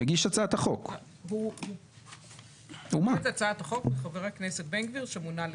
מגיש הצעת החוק הוא חבר הכנסת בן גביר שמונה לשר.